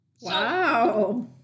Wow